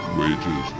wages